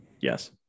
Yes